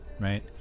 right